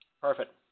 Perfect